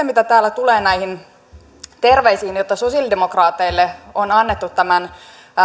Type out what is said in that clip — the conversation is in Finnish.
mitä sitten täällä tulee näihin terveisiin joita sosialidemokraateille on annettu tämän